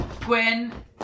Gwen